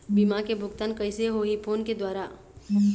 बीमा के भुगतान कइसे होही फ़ोन के द्वारा?